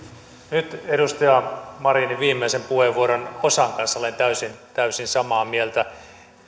nyt edustaja marinin puheenvuoron viimeisen osan kanssa olen täysin täysin samaa mieltä